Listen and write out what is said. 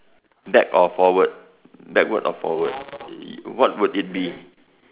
back or forward backward or forward what will it be